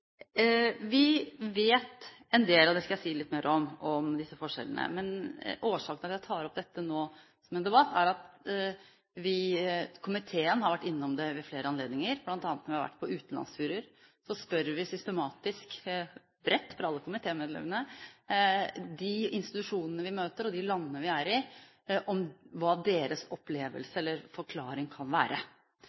Vi vet en del – og det skal jeg si litt mer om – om disse forskjellene, men årsaken til at jeg tar opp dette som en interpellasjon nå, er at vi i komiteen har vært innom det ved flere anledninger. Blant annet når vi har vært på utenlandsturer, spør alle komitémedlemmene systematisk og bredt de institusjonene vi møter i de landene vi er i, om hva